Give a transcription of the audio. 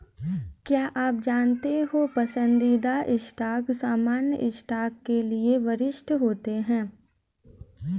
क्या आप जानते हो पसंदीदा स्टॉक सामान्य स्टॉक के लिए वरिष्ठ होते हैं?